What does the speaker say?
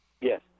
Yes